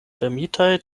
fermitaj